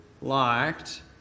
liked